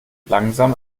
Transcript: langsam